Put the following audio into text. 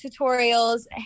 tutorials